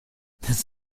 this